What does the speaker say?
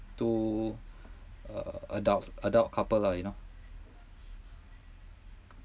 two uh adults adult couple lah you know